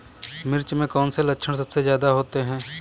मिर्च में कौन से लक्षण सबसे ज्यादा होते हैं?